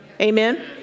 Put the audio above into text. Amen